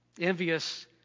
envious